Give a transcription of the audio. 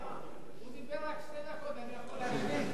הוא דיבר רק שתי דקות, אני יכול להשלים?